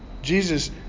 Jesus